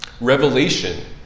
Revelation